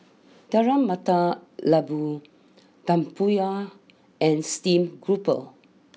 Telur Mata Lembu Tempoyak and Steamed grouper